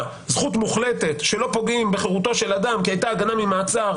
זכות מוחלטת שלא פוגעים בחירותו של אדם כי הייתה הגנה ממעצר,